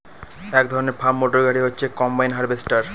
এক ধরনের farm motor গাড়ি হচ্ছে কম্বাইন হার্ভেস্টর